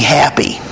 happy